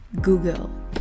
Google